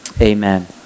Amen